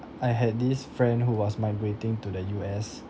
I had this friend who was migrating to the U_S